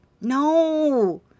No